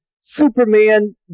Superman